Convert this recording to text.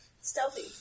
stealthy